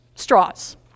straws